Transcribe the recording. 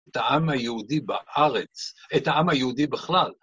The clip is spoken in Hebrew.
את העם היהודי בארץ, את העם היהודי בכלל.